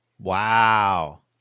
Wow